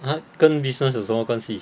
ha 跟 business 有什么关系